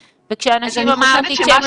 זה דבר שהוא לא